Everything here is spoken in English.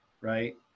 right